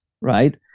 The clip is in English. right